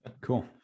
cool